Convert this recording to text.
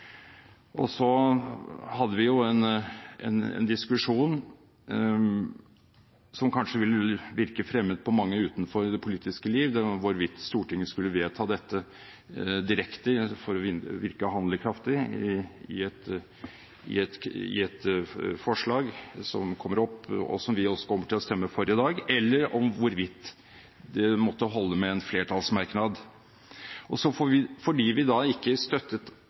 vårt. Så hadde vi jo en diskusjon, som kanskje vil virke fremmed på mange utenfor det politiske liv, om hvorvidt Stortinget skulle vedta dette direkte for å virke handlekraftig gjennom et forslag som kommer opp – og som vi også kommer til å stemme for i dag – eller hvorvidt det måtte holde med en flertallsmerknad. Og fordi vi da ikke støttet